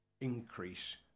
increase